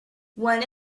one